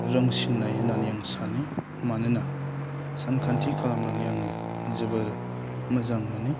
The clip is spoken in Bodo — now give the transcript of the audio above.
रोंसिननाय होन्नानै आं सानो मानोना सानखान्थि खालामनानै आङो जोबोर मोजां मोनो